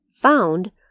found